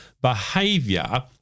behavior